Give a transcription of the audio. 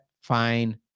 fine